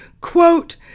quote